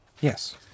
Yes